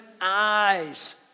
eyes